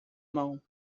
mão